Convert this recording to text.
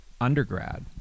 undergrad